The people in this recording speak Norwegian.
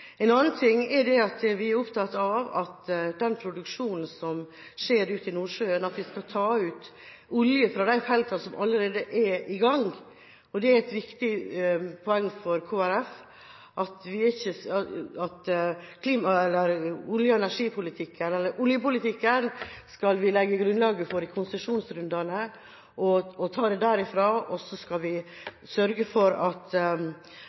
En annen ting er at vi er opptatt av at når det gjelder den produksjonen som skjer ute i Nordsjøen, skal vi ta ut olje fra de feltene som allerede er i gang. Det er et viktig poeng for Kristelig Folkeparti at vi skal legge grunnlaget for oljepolitikken i konsesjonsrundene, og ta det derfra. Så skal vi sørge for at det blir tatt ut mest mulig olje der brønnene allerede er i dag. For